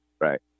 Right